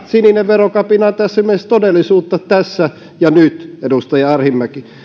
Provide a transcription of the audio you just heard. sininen verokapina on ilmeisesti todellisuutta tässä ja nyt edustaja arhinmäki